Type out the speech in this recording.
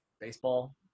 baseball